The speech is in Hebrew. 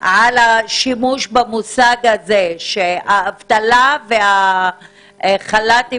על השימוש במושג הזה שהאבטלה והחל"תים